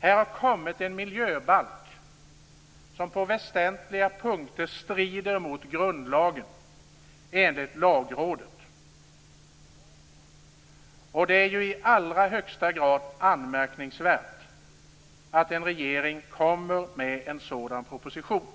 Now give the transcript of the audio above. Det har kommit en miljöbalk som enligt Lagrådet på väsentliga punkter strider mot grundlagen. Det är i allra högsta grad anmärkningsvärt att en regering kommer med en sådan proposition.